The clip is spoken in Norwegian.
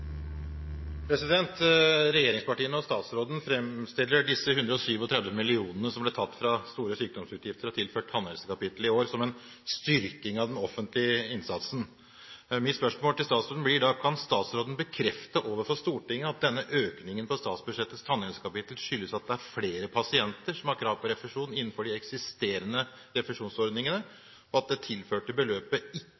Regjeringspartiene og statsråden framstiller disse 137 mill. kr som ble tatt fra store sykdomsutgifter og tilført tannhelsekapitlet i år, som en styrking av den offentlige innsatsen. Mitt spørsmål til statsråden blir da: Kan statsråden bekrefte overfor Stortinget at denne økningen på statsbudsjettets tannhelsekapittel skyldes at det er flere pasienter som har krav på refusjon innenfor de eksisterende refusjonsordningene,